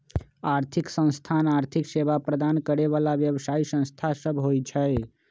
आर्थिक संस्थान आर्थिक सेवा प्रदान करे बला व्यवसायि संस्था सब होइ छै